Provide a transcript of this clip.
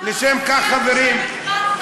לשם כך, חברים,